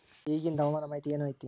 ಇಗಿಂದ್ ಹವಾಮಾನ ಮಾಹಿತಿ ಏನು ಐತಿ?